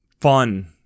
fun